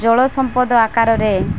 ଜଳ ସମ୍ପଦ ଆକାରରେ